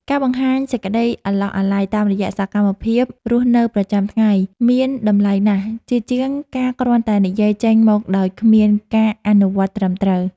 ការបង្ហាញសេចក្តីអាឡោះអាល័យតាមរយៈសកម្មភាពរស់នៅប្រចាំថ្ងៃមានតម្លៃណាស់ជាជាងការគ្រាន់តែនិយាយចេញមកដោយគ្មានការអនុវត្តត្រឹមត្រូវ។